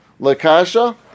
Lakasha